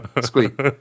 squeak